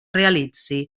realitze